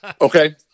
Okay